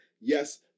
Yes